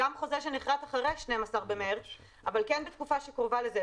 שגם חוזה שנכרת אחרי 12 במרץ אבל כן בתקופה שקרובה לזה,